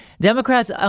Democrats